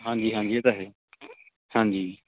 ਹਾਂਜੀ ਹਾਂਜੀ ਇਹ ਤਾਂ ਹੈ ਹਾਂਜੀ